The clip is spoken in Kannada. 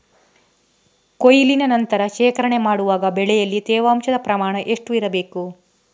ಕೊಯ್ಲಿನ ನಂತರ ಶೇಖರಣೆ ಮಾಡುವಾಗ ಬೆಳೆಯಲ್ಲಿ ತೇವಾಂಶದ ಪ್ರಮಾಣ ಎಷ್ಟು ಇರಬೇಕು?